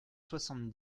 soixante